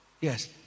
Yes